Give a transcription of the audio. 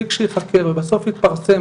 תיק שייחקר ובסוף יתפרסם,